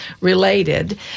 related